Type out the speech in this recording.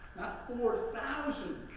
four thousand